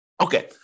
Okay